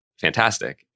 fantastic